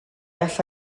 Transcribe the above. alla